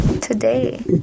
today